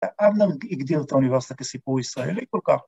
‫אבנר הגדיר את האוניברסיטה ‫כסיפור ישראלי כל כך.